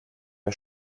wir